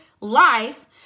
life